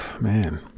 man